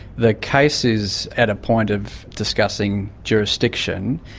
the case is at a point of discussing jurisdiction.